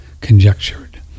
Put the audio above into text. conjectured